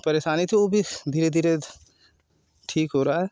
परेशानी थी वो भी धीरे धीरे ठीक हो रहा है